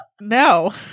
no